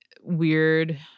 weird